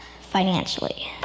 financially